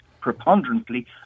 preponderantly